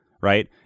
right